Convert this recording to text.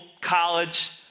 college